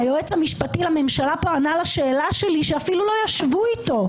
היועץ המשפטי לממשלה שפה ענה לשאלה שלי שאפילו לא ישבו איתו.